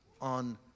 on